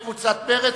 וקבוצת סיעת מרצ